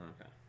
Okay